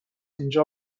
اینجا